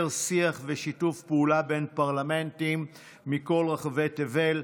שיח ושיתוף פעולה בין פרלמנטים מכל רחבי תבל.